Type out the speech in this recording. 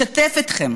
לשתף אתכם